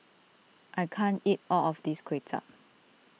I can't eat all of this Kway Chap